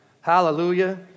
Hallelujah